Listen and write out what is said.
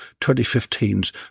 2015's